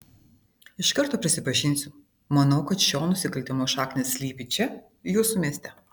iš karto prisipažinsiu manau kad šio nusikaltimo šaknys slypi čia jūsų mieste